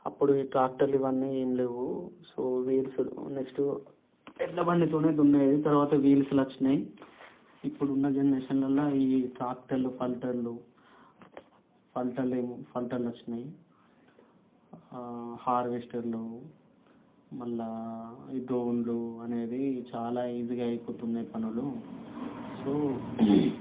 అప్పుడు ఈ ట్రాక్టర్లు ఇవన్నీ ఏం లేవు సో వీల్సు నెక్స్ట్ ఎడ్ల బండితోనే దున్నేవి తర్వాత వీల్స్ వచ్చినయి ఇప్పుడున్న జనరేషన్లల్లో ఈ ట్రాక్టర్లు పంటలు పంటలేము పంటలొచ్చినాయి హార్వెస్టర్లు మళ్ళీ ఈ డ్రోన్లు అనేది చాలా ఈజీగా అయిపోతున్నాయి పనులు సో